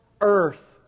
earth